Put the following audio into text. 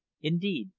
indeed,